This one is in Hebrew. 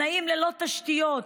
ללא תשתיות,